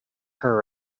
her